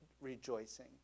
rejoicing